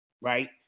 right